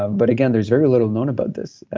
ah but again, there's very little known about this,